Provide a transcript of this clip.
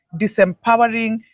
disempowering